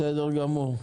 בסדר גמור.